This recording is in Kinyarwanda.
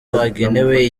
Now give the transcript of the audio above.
agenewe